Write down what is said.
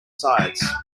sides